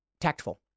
tactful